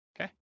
Okay